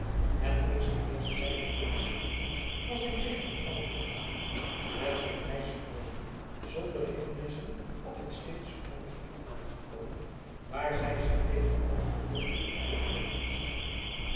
en links den eersten zijweg inslaande was hij tegen het vallen van den avond met zijn reisgenoote zonder hindernissen op het stichtsche grondgebied aangekomen waar zij zich tegen alle vervolging beveiligd mochten achten